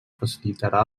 facilitarà